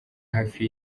hafi